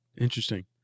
Interesting